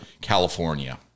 California